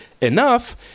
enough